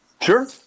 Sure